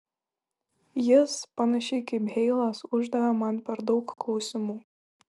jis panašiai kaip heilas uždavė man per daug klausimų